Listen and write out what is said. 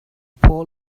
poor